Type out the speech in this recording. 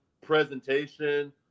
presentation